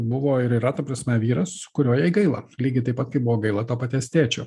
buvo ir yra ta prasme vyras kurio jai gaila lygiai taip pat kaip buvo gaila to paties tėčio